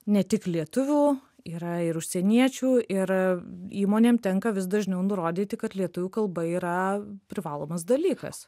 ne tik lietuvių yra ir užsieniečių ir įmonėm tenka vis dažniau nurodyti kad lietuvių kalba yra privalomas dalykas